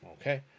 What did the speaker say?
Okay